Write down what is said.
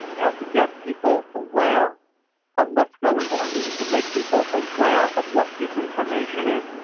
we have to get people aware of what's going on. we need to make people aware of what disinformation is.